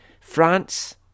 France